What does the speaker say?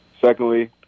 Secondly